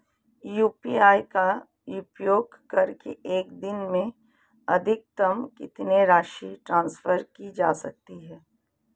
UPI का उपयोग करके एक दिन में अधिकतम कितनी राशि ट्रांसफर की जा सकती है?